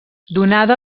donada